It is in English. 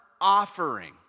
offering